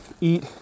eat